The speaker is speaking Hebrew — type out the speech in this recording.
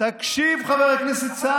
החוק הזה הוא נגד הקורבן.